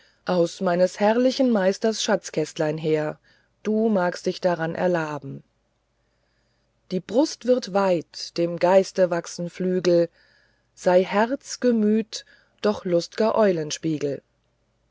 aus meines herrlichen meisters schatzkästlein her du magst dich daran erlaben die brust wird weit dem geiste wachsen flügel sei herz gemüt doch lust'ger